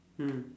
mm